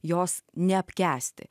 jos neapkęsti